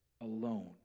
alone